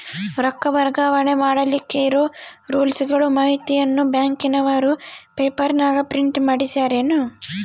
ರೊಕ್ಕ ವರ್ಗಾವಣೆ ಮಾಡಿಲಿಕ್ಕೆ ಇರೋ ರೂಲ್ಸುಗಳ ಮಾಹಿತಿಯನ್ನ ಬ್ಯಾಂಕಿನವರು ಪೇಪರನಾಗ ಪ್ರಿಂಟ್ ಮಾಡಿಸ್ಯಾರೇನು?